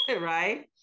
Right